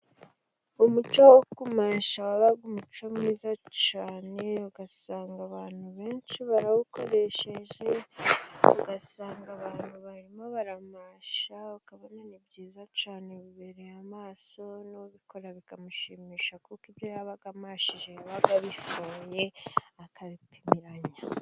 Umuco wo kumasha wabaga umuco mwiza cyane, ugasanga abantu benshi barawukoresheje, ugasanga abantu barimo baramasha ukabona ni byiza cyane ubereye amaso n'ubikora bikamushimisha, kuko ibyo yabaga amahije biba bipfuye akabipimiranya.